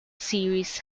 series